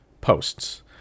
posts